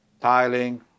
tiling